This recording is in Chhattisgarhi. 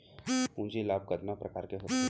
पूंजी लाभ कतना प्रकार के होथे?